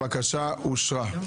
הבקשה אושרה פה